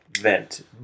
vent